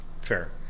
Fair